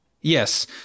Yes